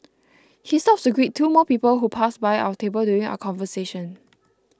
he stops to greet two more people who pass by our table during our conversation